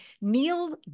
Neil